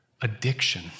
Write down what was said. addiction